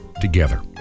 together